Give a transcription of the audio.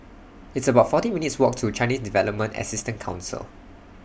It's about forty minutes' Walk to Chinese Development Assistance Council